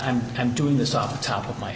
i'm i'm doing this off the top of my